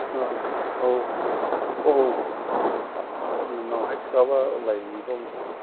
औ औ औ उनावहाय थोआबा लायबावनोसै आं